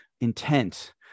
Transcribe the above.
intent